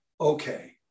okay